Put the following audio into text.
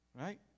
Right